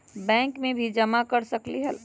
Bank में भी जमा कर सकलीहल?